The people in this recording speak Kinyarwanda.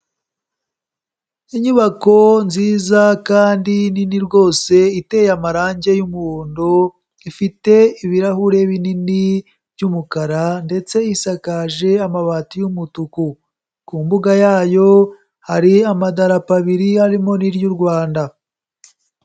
Inyubako nziza kandi nini rwose iteye amarange y'umuhondo, ifite ibirahure binini by'umukara ndetse isakaje amabati y'umutuku. Ku mbuga yayo hari amadarapo abiri harimo n'iry'u Rwanda.